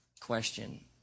question